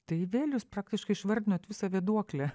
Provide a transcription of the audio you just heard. tai vėl jūs praktiškai išvardinot visą vėduoklę